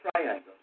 triangle